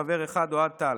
חבר אחד: אוהד טל,